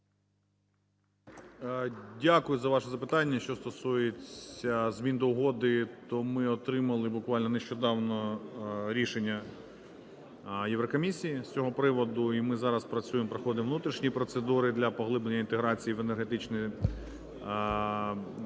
Дякую за ваше запитання. Що стосується змін до угоди, то ми отримали буквально нещодавно рішення Єврокомісії з цього приводу, і ми зараз працюємо, проходимо внутрішні процедури для поглиблення інтеграції в енергетиці між